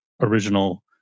original